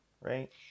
right